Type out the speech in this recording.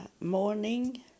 morning